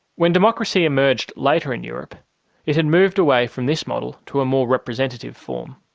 when democracy emerged later in europe it had moved away from this model to a more representative form.